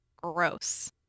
Gross